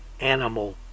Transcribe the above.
Animal